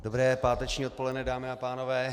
Dobré páteční odpoledne, dámy a pánové.